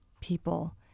people